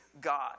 God